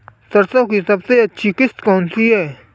सरसो की सबसे अच्छी किश्त कौन सी है?